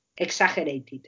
exaggerated